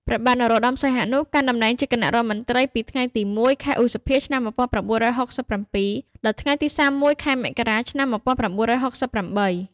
ព្រះបាទនរោត្តម សីហនុ កាន់តំណែងជាគណៈរដ្ឋមន្ត្រីពីថ្ងៃទី១ ខែឧសភា ឆ្នាំ១៩៦៧ ដល់ថ្ងៃទី ៣១ ខែមករា ឆ្នាំ១៩៦៨។